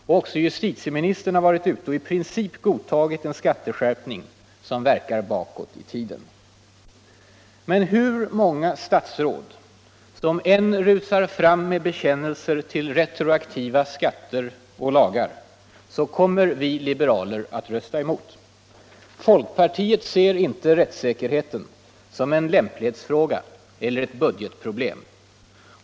Också justitieministern har varit ute och i princip godtagit en skatteskärpning som verkar bakåt i tiden. Men hur många statsråd som än rusar fram med bekännelser till retroaktiva lagar och skatter kommer vi liberaler att rösta emot. Folkpartiet ser inte rättssäkerheten som en lämplighetsfråga eller ett budgetproblem.